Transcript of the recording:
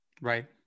Right